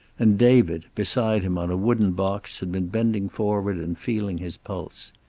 and david, beside him on a wooden box, had been bending forward and feeling his pulse.